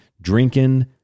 drinking